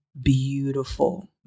beautiful